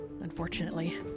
unfortunately